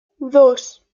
dos